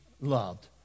loved